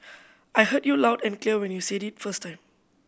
I heard you loud and clear when you said it first time